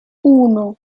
uno